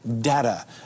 data